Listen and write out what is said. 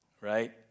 right